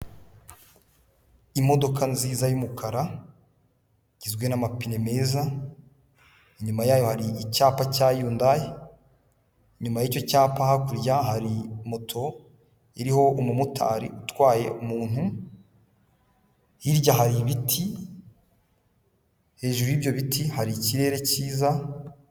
Imodoka nziza y'umukara iz n'amapine meza, inyuma yayo hari icyapa cya yundayi inyuma y'icyo cyapa hakurya hari moto iriho umumotari utwaye umuntu, hirya hari ibiti hejuru y'ibyo biti hari ikirere cyiza.